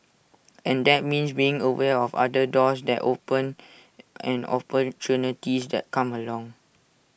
and that means being aware of other doors that open and opportunities that come along